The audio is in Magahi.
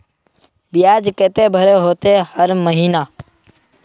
बियाज केते भरे होते हर महीना?